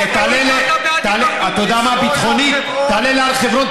תעלה להר חברון,